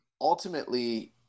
ultimately